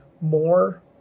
more